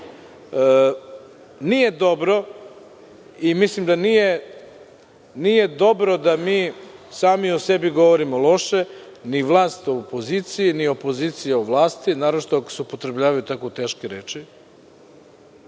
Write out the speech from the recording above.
dobro i mislim da nije dobro da mi sami o sebi govorimo loše, ni vlast u opoziciji, ni opozicija u vlasti, naročito ako se upotrebljavaju tako teške reči.